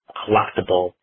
collectible